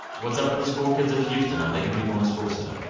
what's up with the school kids of houston? are they going to be going to school soon?